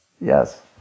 Yes